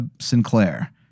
sinclair